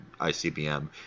ICBM